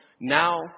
Now